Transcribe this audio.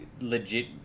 legit